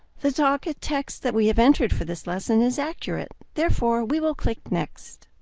the docket text that we have entered for this lesson is accurate therefore, we will click next.